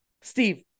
Steve